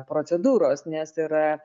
procedūros nes yra